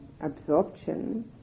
absorption